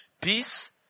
Peace